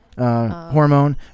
Hormone